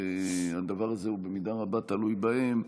והדבר הזה הוא במידה רבה תלוי בהם,